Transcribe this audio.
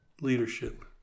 leadership